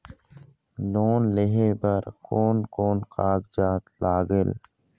Loan लेहे बर कोन कोन कागजात लागेल?